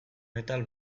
metal